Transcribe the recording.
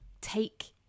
take